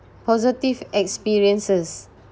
positive experiences